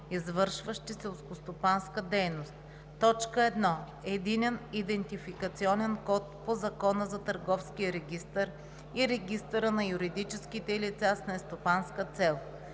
извършващи селскостопанска дейност: 1. единен идентификационен код по Закона за търговския регистър и регистъра на юридическите лица с нестопанска цел;